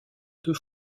deux